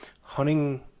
hunting